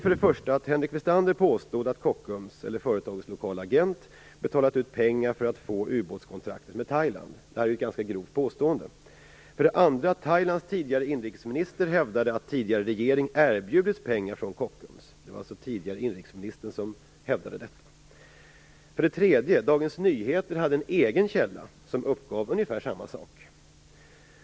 För det första: Henrik Westander påstod att Kockums, eller företagets lokala agent, betalat ut pengar för att få ubåtskontraktet med Thailand. Det här är ju ett ganska grovt påstående. För det andra: Thailands tidigare inrikesminister hävdade att tidigare regering erbjudits pengar från Kockums. Det var alltså den tidigare inrikesministern som hävdade detta. För det tredje: Dagens Nyheter hade en egen källa, som uppgav ungefär samma sak.